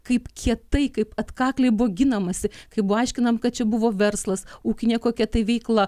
kaip kietai kaip atkakliai buvo ginamasi kaip buvo aiškinam kad čia buvo verslas ūkinė kokia tai veikla